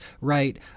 right